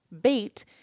bait